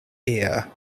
ear